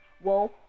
Whoa